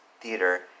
Theater